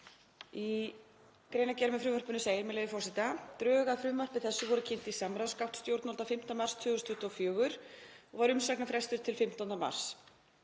Í greinargerð með frumvarpinu segir, með leyfi forseta: „Drög að frumvarpi þessu voru kynnt í samráðsgátt stjórnvalda 5. mars 2024 […] og var umsagnarfrestur til 15. mars